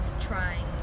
trying